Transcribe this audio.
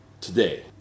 today